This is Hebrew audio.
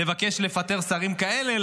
לבקש לפטר שרים כאלה,